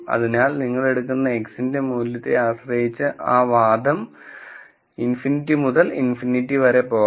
അതിനാൽ നിങ്ങൾ എടുക്കുന്ന X ന്റെ മൂല്യത്തെ ആശ്രയിച്ച് ആ വാദം ∞ മുതൽ ∞ വരെ പോകാം